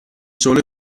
sole